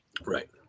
right